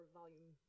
volume